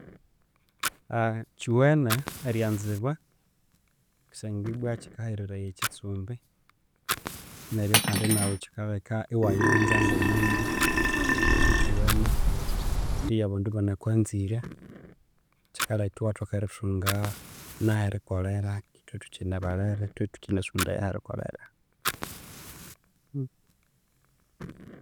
kiwene eryanzibwa kusangwa ibwa kikahereraya ekitsumbi neryo kandi naghu kikalheka ewayanza ngo mundu so kiwene eribya abandu ebanakwanzire kikalheka ewathoka erithunga na herikolhera ithwe thukine balhere ithwe thukinsondaya aberikolhera.